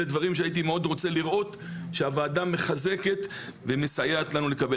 אלה דברים שהייתי רוצה מאוד לראות שהוועדה מחזקת ומסייעת לנו לקבל,